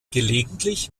gelegentlich